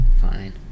fine